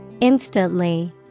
instantly